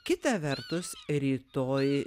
kita vertus rytoj